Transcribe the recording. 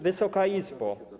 Wysoka Izbo!